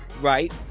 right